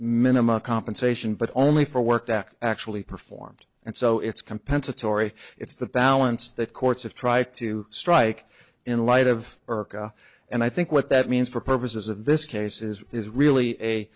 minimum compensation but only for work that actually performed and so it's compensatory it's the balance that courts have try to strike in light of urco and i think what that means for purposes of this case is there's really a